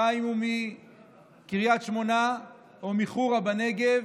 גם אם הוא מקריית שמונה או מחורה בנגב